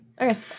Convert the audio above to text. okay